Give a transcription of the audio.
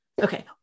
Okay